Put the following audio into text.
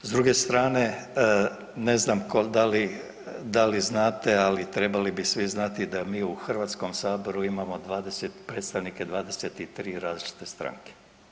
S druge strane, ne da li, da li znate ali trebali bi svi znati da mi u Hrvatskom saboru imamo predstavnike 23 različite stranke.